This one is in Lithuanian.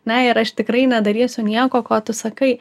na ir aš tikrai nedarysiu nieko ko tu sakai